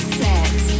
set